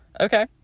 okay